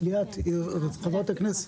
להלן תרגומם: